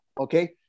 okay